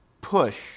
push